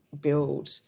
build